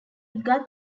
got